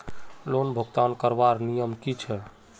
Loan भुगतान करवार नियम की छे?